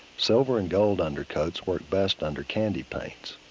silver and gold undercoats work best under candy paints.